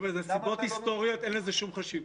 חבר'ה, זה סיבות היסטוריות, אין לזה שום חשיבות.